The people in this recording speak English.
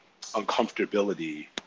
uncomfortability